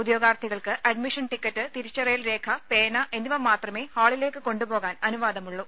ഉദ്യോഗാർഥികൾക്ക് admission ticket തിരിച്ചറിയൽ രേഖ പേന എന്നിവ മാത്രമേ ഹാളിലേക്ക് കൊണ്ടുപോകാൻ അനുവാദമുള്ളൂ